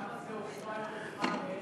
למה זה הוכפל, בעשר שנים?